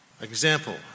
Example